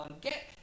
get